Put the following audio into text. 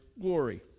glory